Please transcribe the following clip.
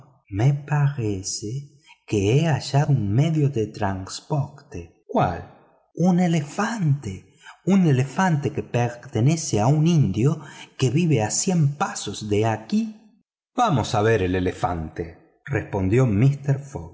me parece que he hallado un medio de transporte cuál un elefante un elefante que pertenece a un indio que vive a cien pasos de aquí vamos a ver el elefante respondió mister fogg